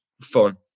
fun